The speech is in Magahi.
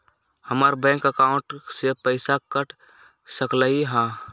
हमर बैंक अकाउंट से पैसा कट सकलइ ह?